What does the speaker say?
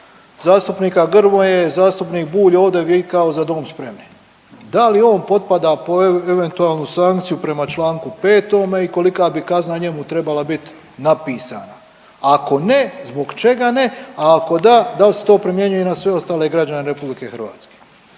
zastupnika Grmoje, zastupnik Bulj ovdje vikao „Za dom spremni“. Da li on potpada po eventualnu sankciju prema čl. 5. i kolika bi kazna njemu trebala biti napisana? Ako ne, zbog čega ne, a ako da, da li se to primjenjuje i na sve ostale građane RH?